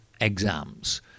exams